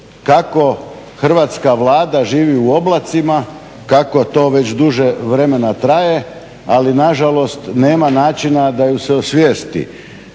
kako hrvatska Vlada živi u oblacima, kako to već duže vremena kaže, ali nažalost nema načina da ju se osvijesti.